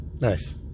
nice